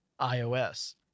iOS